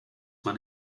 man